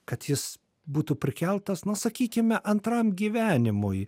kad jis būtų prikeltas na sakykime antram gyvenimui